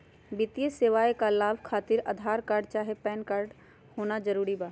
वित्तीय सेवाएं का लाभ खातिर आधार कार्ड चाहे पैन कार्ड होना जरूरी बा?